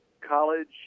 college